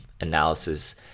analysis